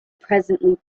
presently